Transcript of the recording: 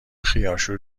خیارشور